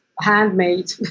handmade